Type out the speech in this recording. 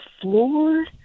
floor